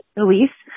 release